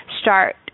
start